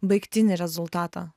baigtinį rezultatą